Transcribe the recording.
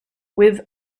with